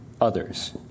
others